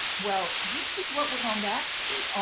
well, this is what we're going, back to.